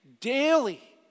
Daily